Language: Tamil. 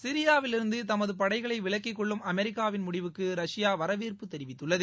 சிரியாவிலிருந்து தமது படைகளை விலக்கிக்கொள்ளும் அமெரிக்காவின் முடிவுக்கு ரஷ்யா வரவேற்பு தெரிவித்துள்ளது